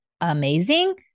amazing